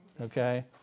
Okay